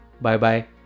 Bye-bye